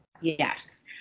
Yes